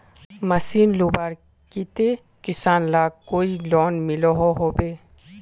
Machine लुबार केते किसान लाक कोई लोन मिलोहो होबे?